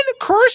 cursed